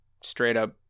straight-up